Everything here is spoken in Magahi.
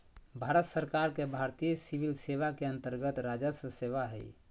भारत सरकार के भारतीय सिविल सेवा के अन्तर्गत्त राजस्व सेवा हइ